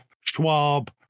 Schwab